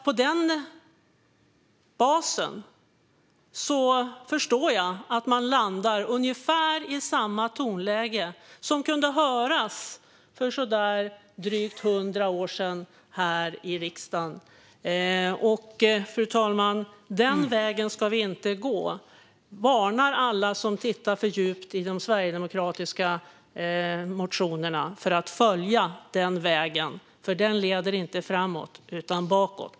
På den basen förstår jag att man landar i ungefär samma tonläge som kunde höras för drygt hundra år sedan här i riksdagen. Fru talman! Den vägen ska vi inte gå. Jag varnar alla som tittat för djupt i de sverigedemokratiska motionerna för att följa den vägen, för den leder inte framåt utan bakåt.